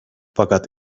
fakat